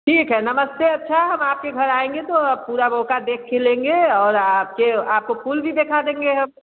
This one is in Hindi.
ठीक है नमस्ते अच्छा हम आपके घर आएँगे तो पूरा मौका देख के लेंगे और आपके आपको फूल भी दिखा देंगे हम